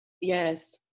Yes